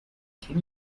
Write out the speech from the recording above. can